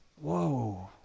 Whoa